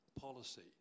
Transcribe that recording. policy